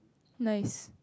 nice